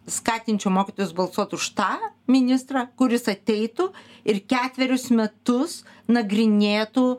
skatinčiau mokytojus balsuoti už tą ministrą kuris ateitų ir ketverius metus nagrinėtų